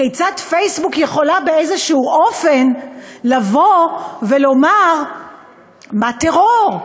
כיצד פייסבוק יכולה באיזשהו אופן לבוא ולומר מה טרור,